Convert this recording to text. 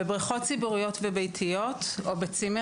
טביעת פעוטות בבריכות פרטיות וטביעת בני נוער במים פתוחים.